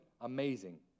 amazing